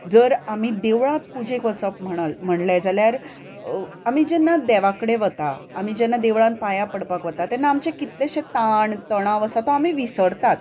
जर आमी देवळांत पुजेक वचप म्हणल म्हणलें जाल्यार आमी जेन्ना देवा कडेन वता जेन्ना आमी देवळान पांयां पडपाक वता तेन्ना आमचें कितलेशेच ताण तणाव आसा तो आमी विसरतात